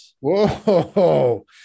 whoa